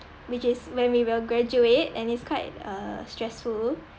which is when we will graduate and it's quite uh stressful